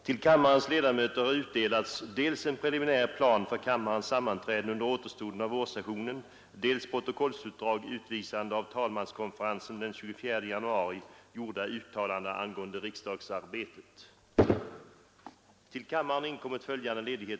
Till kammarens ledamöter har utdelats dels en preliminär plan för kammarens sammanträden under återstoden av vårsessionen, dels protokollsutdrag utvisande av talmanskonferensen den 24 januari gjorda uttalanden angående riksdagsarbetet.